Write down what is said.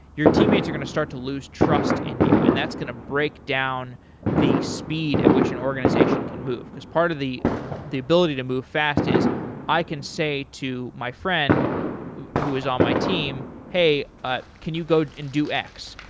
your teammates are going to start to lose trust in you and that's going to break down the speed in which an organization can move as part of the the ability to move fast is i can say to my friend who is on my team, hey, ah can you go and do x?